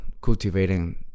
cultivating